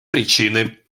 причины